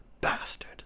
Bastard